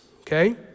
okay